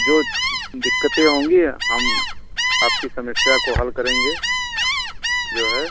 जो दिक्कतें होंगी हम आपकी समस्या को हल करेंगे जो है